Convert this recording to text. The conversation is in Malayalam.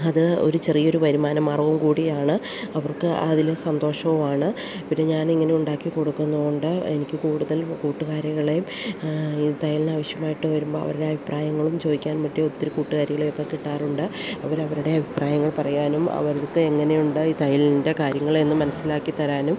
അത് ഒരു ചെറിയൊരു വരുമാന മാർഗ്ഗവും കൂടിയാണ് അവർക്ക് അതിൽ സന്തോഷവുമാണ് പിന്നെ ഞാനിങ്ങനെ ഉണ്ടാക്കി കൊടുക്കുന്നതുകൊണ്ട് എനിക്ക് കൂടുതൽ കൂട്ടുകാരികളെയും ഈ തയ്യലിന് ആവിശ്യമായിട്ട് വരുമ്പോൾ അവരുടെ അഭിപ്രായങ്ങളും ചോദിക്കാൻ പറ്റിയ ഒത്തിരി കൂട്ടുകാരികളെയൊക്കെ കിട്ടാറുണ്ട് അവരവരുടെ അഭിപ്രായങ്ങൾ പറയാനും അവർക്ക് എങ്ങനെയുണ്ട് ഈ തയ്യലിൻ്റെ കാര്യങ്ങൾ എന്നു മനസ്സിലാക്കിത്തരാനും